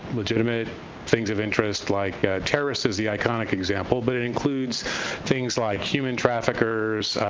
legitimate things of interest like, terrorists is the iconic example, but it includes things like human traffickers,